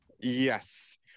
Yes